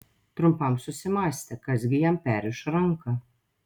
trumpam susimąstė kas gi jam perriš ranką